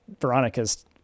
Veronica's